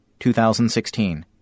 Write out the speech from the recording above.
2016